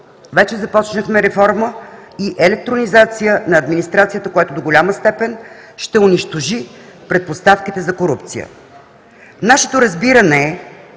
вече започнахме реформа и електронизация на администрацията, което до голяма степен ще унищожи предпоставките за корупция. Нашето разбиране е,